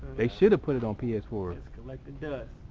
they should've put it on p s four collecting dust.